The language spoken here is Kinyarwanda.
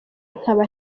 nkaba